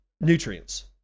nutrients